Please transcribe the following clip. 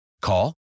Call